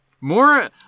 More